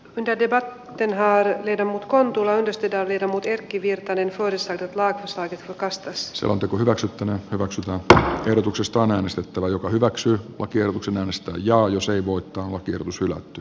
linden eivät enää kiinni mutkaan tulla edistetään verhot erkki virtanen voi lisätä vaan sai kasteessa selonteko hyväksyttämään hyväksymättä ehdotuksesta äänestettävä joka hyväksyi lakiehdotuksen äänistä ja usein voittoon lakiehdotus hylätty